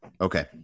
Okay